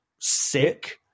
sick